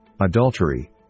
adultery